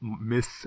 Miss